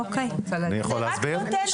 אני יכול להסביר?